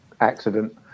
accident